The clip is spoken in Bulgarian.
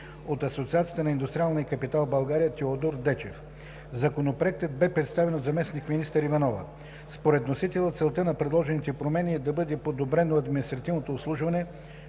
от Асоциация на индустриалния капитал в България – Теодор Дечев. Законопроектът бе представен от заместник-министър Иванова. Според вносителя целта на предложените промени е да бъде подобрено административното обслужване